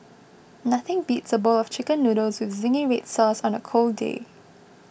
nothing beats a bowl of Chicken Noodles with Zingy Red Sauce on a cold day